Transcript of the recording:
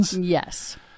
Yes